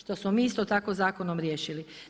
Što smo mi isto tako zakonom riješili.